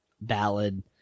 ballad